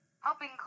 helping